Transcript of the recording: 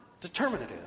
Determinative